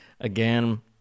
again